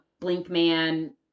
Blinkman